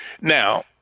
Now